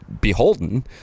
beholden